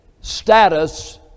status